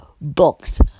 books